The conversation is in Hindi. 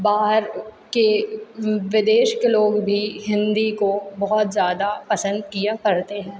बाहर के विदेश के लोग भी हिंदी को बहुत ज़्यादा पसंद किया करते हैं